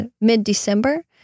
mid-December